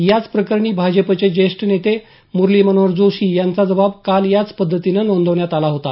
याच प्रकरणी भाजपचे ज्येष्ठ नेते मुरली मनोहर जोशी यांचा जबाब काल याच पद्धतीनं नोंदवण्यात आला होता